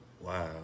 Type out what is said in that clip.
Wow